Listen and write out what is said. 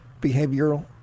behavioral